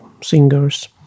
singers